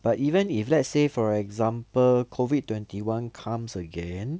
but even if let's say for example COVID twenty one comes again